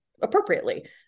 appropriately